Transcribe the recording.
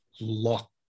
lock